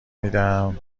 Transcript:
میدم